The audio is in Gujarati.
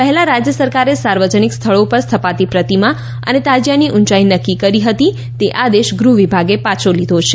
પહેલા રાજ્ય સરકારે સાર્વજનિક સ્થળો પર સ્થપાતી પ્રતિમા અને તાજીયાની ઉંચાઇ નક્કી કરી હતી તે આદેશ ગૃહ વિભાગે પાછો લીધો છે